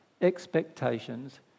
expectations